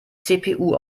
cpu